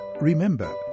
Remember